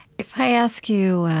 if i ask you